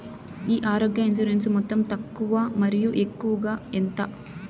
ఈ ఆరోగ్య ఇన్సూరెన్సు మొత్తం తక్కువ మరియు ఎక్కువగా ఎంత?